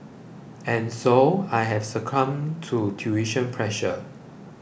and so I have succumbed to tuition pressure